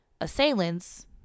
assailants